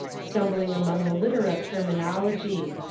stumbling among the litter of terminology.